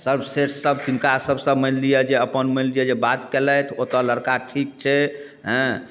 सर्वश्रेष्ठ सब तिनका सबसँ मानिलिऽ जे अपन मानि लिऽ जे बात केलथि ओतऽ लड़का ठीक छै हँ